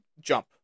jump